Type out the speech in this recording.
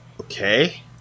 Okay